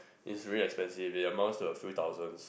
is really expensive it amounts to a few thousands